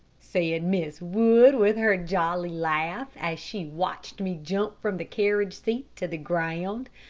said mrs. wood, with her jolly laugh, as she watched me jump from the carriage seat to the ground.